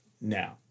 now